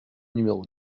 numéro